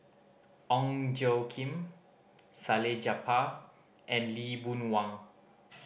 Ong Tjoe Kim Salleh Japar and Lee Boon Wang